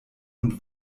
und